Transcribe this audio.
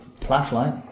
flashlight